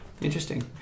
Interesting